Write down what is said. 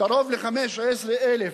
קרוב ל-15,000